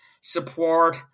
support